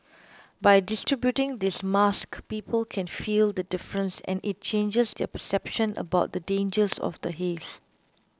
by distributing these masks people can feel the difference and it changes their perception about the dangers of the haze